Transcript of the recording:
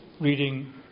reading